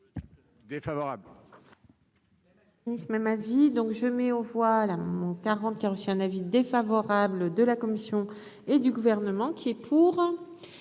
Défavorable.